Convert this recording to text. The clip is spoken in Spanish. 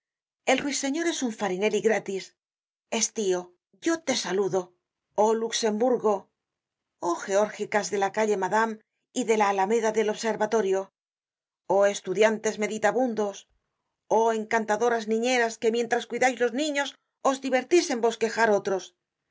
el ruiseñor es un farinelli gratis estío yo te saludo oh luxemburgo oh geórgicas de la calle madame y de la alameda del observatorio oh estudiantes meditabundos oh encantadoras niñeras que mientras cuidais los niños os divertís en bosquejar otros las